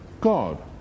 God